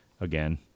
again